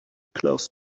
close